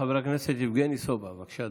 חבר הכנסת יבגני סובה, בבקשה,